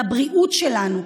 לבריאות שלנו.